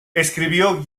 escribió